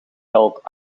telt